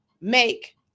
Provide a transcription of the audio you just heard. make